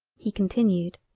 he continued.